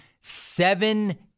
seven